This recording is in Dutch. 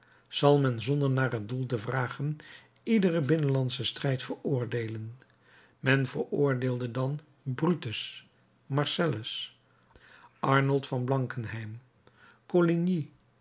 zal men zonder naar het doel te vragen iederen binnenlandschen strijd veroordeelen men veroordeele dan brutus marcellus arnold van